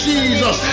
Jesus